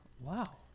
Wow